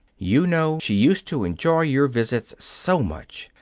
you know she used to enjoy your visits so much,